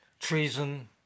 treason